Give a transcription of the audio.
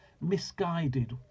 misguided